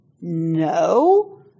No